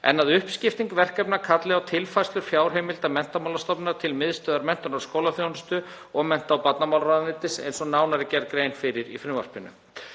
en að uppskipting verkefna kalli á tilfærslur fjárheimilda Menntamálastofnunar til Miðstöðvar menntunar og skólaþjónustu og mennta- og barnamálaráðuneytis eins og nánar er gerð grein fyrir í frumvarpinu.